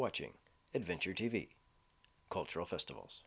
watching adventure t v cultural festivals